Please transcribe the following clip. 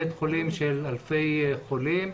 בית חולים של אלפי חולים.